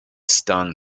stung